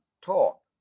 talk